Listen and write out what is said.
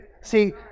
see